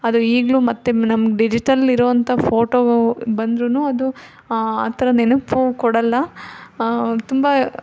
ಅದು ಈಗಲೂ ಮತ್ತು ನಮ್ಗೆ ಡಿಜಿಟಲ್ ಇರುವಂಥ ಫೋಟೋ ಬಂದ್ರೂ ಅದು ಆ ಥರ ನೆನಪು ಕೊಡೋಲ್ಲ ತುಂಬ